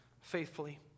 faithfully